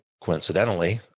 Coincidentally